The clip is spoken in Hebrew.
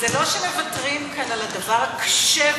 זה שלא מוותרים כאן על הדבר הקשה,